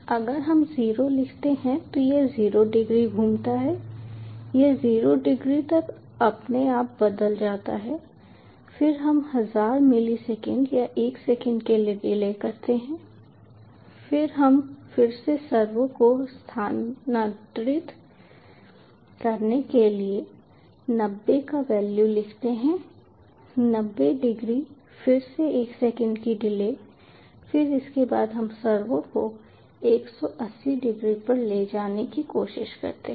अगर हम 0 लिखते हैं तो यह 0 डिग्री घूमता है यह 0 डिग्री तक अपने आप बदल जाता है फिर हम हजार मिलीसेकंड या एक सेकंड के लिए डिले करते हैं फिर हम फिर से सर्वो को स्थानांतरित करने के लिए 90 का वैल्यू लिखते हैं 90 डिग्री फिर से 1 सेकंड की डिले फिर इसके बाद हम सर्वो को 180 डिग्री पर ले जाने की कोशिश करते हैं